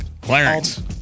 Clarence